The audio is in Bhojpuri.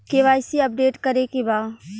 के.वाइ.सी अपडेट करे के बा?